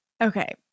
Okay